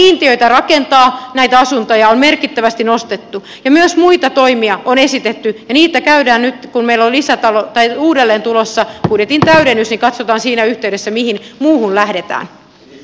nyt näitä kiintiöitä rakentaa näitä asuntoja on merkittävästi nostettu ja myös muita toimia on esitetty ja kun meillä on uudelleen tulossa budjetin täydennys niin katsotaan siinä yhteydessä mihin muuhun lähdetään